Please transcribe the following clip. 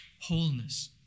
wholeness